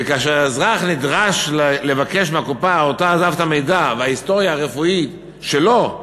וכאשר אזרח נדרש לבקש מהקופה שעזב את המידע וההיסטוריה הרפואית שלו,